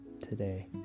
today